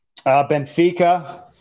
Benfica